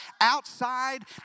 outside